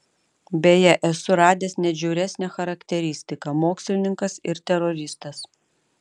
beje esu radęs net žiauresnę charakteristiką mokslininkas ir teroristas